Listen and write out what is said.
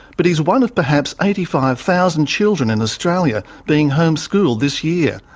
but he's one of perhaps eighty five thousand children in australia being homeschooled this year.